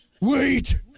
Wait